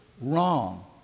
wrong